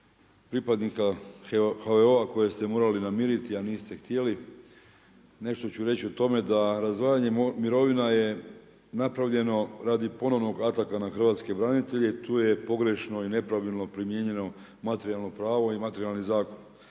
pripadnika HVO-a koje ste morali namiriti a niste htjeli. Nešto ću reći o tome da razdvajanja mirovina je napravljeno radi ponovnog ataka na hrvatske branitelje i tu je pogrešno i nepravilno primijenjeno materijalno pravo i materijalni zakon.